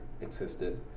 existed